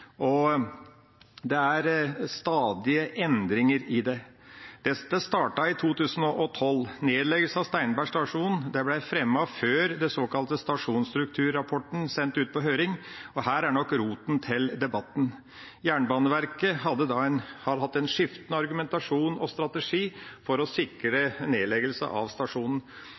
og det er stadige endringer. Det startet i 2012. Nedleggelsen av Steinberg stasjon ble fremmet før den såkalte stasjonsstrukturrapporten ble sendt på høring, og her er nok rota til debatten. Jernbaneverket har hatt en skiftende argumentasjon og strategi for å sikre nedleggelse av stasjonen